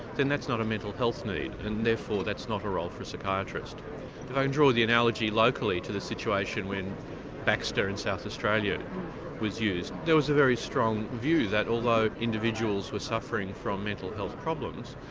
then that's not a mental health need and therefore that's not a role for a psychiatrist. if i can draw the analogy locally to the situation when baxter in south australia was used, there was a very strong view that although individuals were suffering from mental health problems,